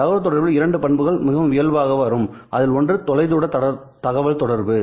தகவல்தொடர்பில் இரண்டு பண்புகள் மிகவும் இயல்பாக வரும் அதில் ஒன்று தொலைதூர தகவல்தொடர்பு